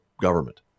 government